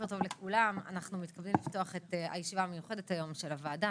בוקר טוב לכולם אנחנו מתכבדים לפתוח את הישיבה המיוחדת היום של הוועדה,